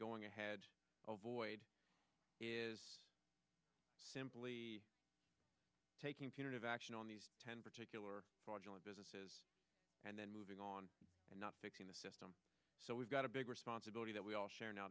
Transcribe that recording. going ahead of boyd is simply taking punitive action on these particular fraudulent businesses and then moving on and not fixing the system so we've got a big responsibility that we all share now